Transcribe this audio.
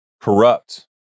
corrupt